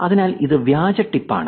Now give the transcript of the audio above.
അതിനാൽ അത് വ്യാജ ടിപ്പ് ആണ്